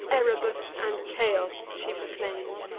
erebus, and chaos she proclaims,